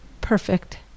perfect